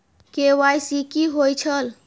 KYC कि होई छल?